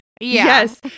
Yes